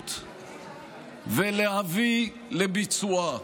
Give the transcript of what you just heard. מדיניות ולהביא לביצועה.